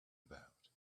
about